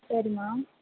சரிம்மா